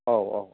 औ औ अ